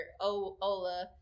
Ola